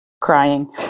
Crying